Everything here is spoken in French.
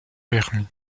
permis